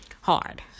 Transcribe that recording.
hard